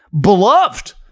Beloved